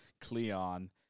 cleon